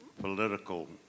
political